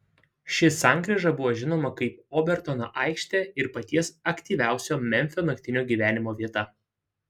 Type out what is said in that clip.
ši sankryža buvo žinoma kaip obertono aikštė ir paties aktyviausio memfio naktinio gyvenimo vieta